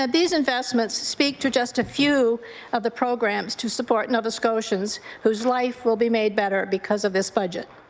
ah these investments speak to just a few of the programs to support nova scotians whose life will be made better because of this budget.